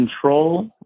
control